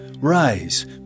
Rise